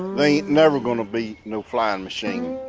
they ain't never gonna be no flying machine.